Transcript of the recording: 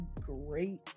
great